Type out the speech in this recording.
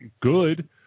good